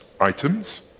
items